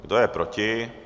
Kdo je proti?